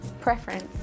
preference